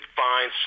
find